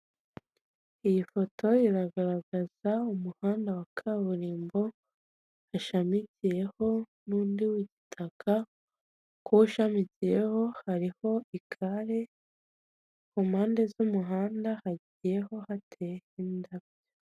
Iyi foto iragaragaza umuhanda wa kaburimbo ishamikiyeho, n'undi w'igitaka, k'uwo ushamikiyeho hariho igare, ku mpande z'umuhanda hagiye hateye ho indabo.